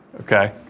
Okay